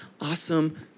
awesome